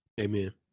Amen